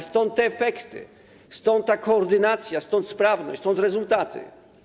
Stąd te efekty, stąd ta koordynacja, stąd sprawność i stąd rezultaty.